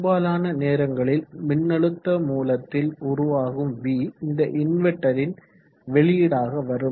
பெரும்பாலான நேரங்களில் மின்னழுத்த மூலத்தில் உருவாகும் v இந்த இன்வெர்ட்டரின் வெளியீடாக வரும்